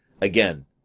Again